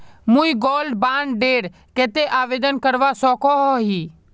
मुई gold bond डेर केते आवेदन करवा सकोहो ही?